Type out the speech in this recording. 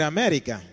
America